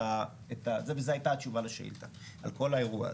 וזו הייתה התשובה לשאילתה על כל האירוע הזה.